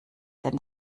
den